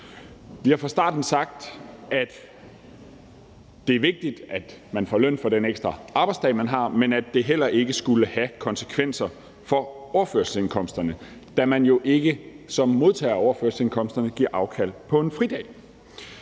Vi har fra starten sagt, at det er vigtigt, at man får løn for den ekstra arbejdsdag, man har, men at det heller ikke skulle have konsekvenser for overførselsindkomsterne, da man jo ikke som modtager af overførselsindkomster giver afkald på en fridag.